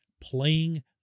playing